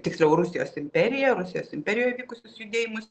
tiksliau rusijos imperiją rusijos imperijoj vykusius judėjimus